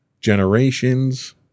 generations